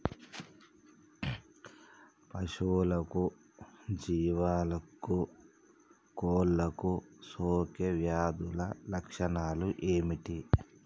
పశువులకు జీవాలకు కోళ్ళకు సోకే వ్యాధుల లక్షణాలు ఏమిటి?